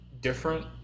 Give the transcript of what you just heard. different